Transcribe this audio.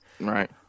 Right